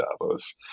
Davos